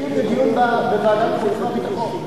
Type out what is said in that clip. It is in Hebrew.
אסכים לדיון בוועדת החוץ והביטחון.